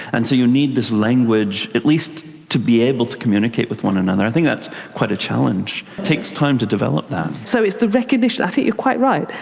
and so you need this language, at least to be able to communicate with one another. i think that's quite a challenge. it takes time to develop that. so it's the recognition. i think you're quite right.